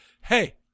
hey